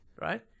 Right